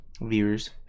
viewers